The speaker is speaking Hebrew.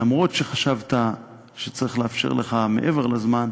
אף-על-פי שחשבת שצריך לאפשר לך לדבר מעבר לזמן,